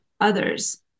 others